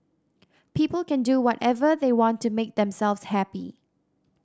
people can do whatever they want to make themselves happy